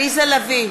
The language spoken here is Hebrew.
עליזה לביא,